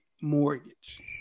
Mortgage